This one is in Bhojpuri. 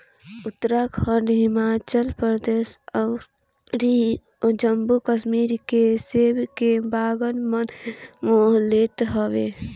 उत्तराखंड, हिमाचल अउरी जम्मू कश्मीर के सेब के बगान मन मोह लेत हवे